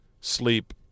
sleep